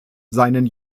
seinen